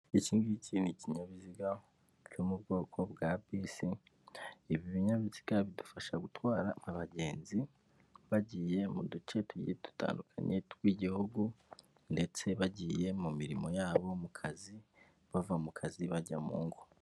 Iki ngiki ni kinyabiziga byo mu bwoko bwa bisi, ibi binyabiziga bidufasha gutwara abagenzi bagiye mu duce tugiye dutandukanye tw'igihugu, ndetse bagiye mu mirimo yabo, mu kazi bava mu kazi bajya mu ngo.